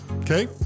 Okay